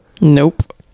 Nope